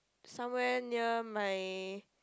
somewhere near my